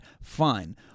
Fine